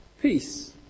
Peace